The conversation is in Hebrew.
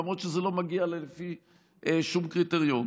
למרות שזה לא מגיע לה לפי שום קריטריון.